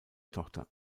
tochter